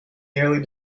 nearly